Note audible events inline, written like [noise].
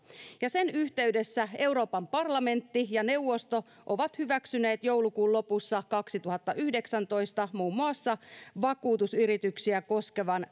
ja sen yhteydessä euroopan parlamentti ja neuvosto ovat hyväksyneet joulukuun lopussa kaksituhattayhdeksäntoista muun muassa vakuutusyrityksiä koskevan [unintelligible]